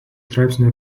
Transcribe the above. straipsnių